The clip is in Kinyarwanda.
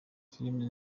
filime